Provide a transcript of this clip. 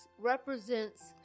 represents